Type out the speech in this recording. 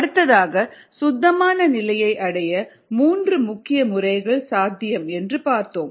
அடுத்ததாக சுத்தமான நிலையை அடைய மூன்று முக்கிய முறைகள் சாத்தியம் என்று பார்த்தோம்